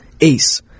ace